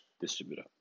distributor